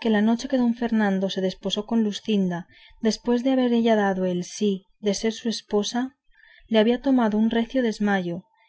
que la noche que don fernando se desposó con luscinda después de haber ella dado el sí de ser su esposa le había tomado un recio desmayo